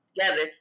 together